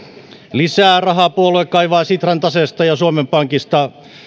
lisää rahaa puolue kaivaa sitran taseesta ja suomen pankista